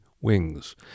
Wings